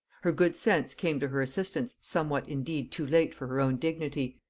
her good sense came to her assistance somewhat indeed too late for her own dignity,